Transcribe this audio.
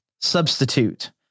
substitute